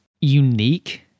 unique